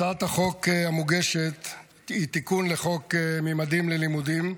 הצעת החוק המוגשת היא תיקון לחוק ממדים ללימודים,